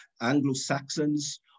Anglo-Saxons